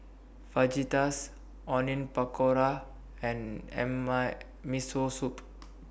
Fajitas Onion Pakora and M I Miso Soup